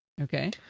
Okay